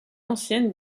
ancienne